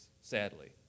sadly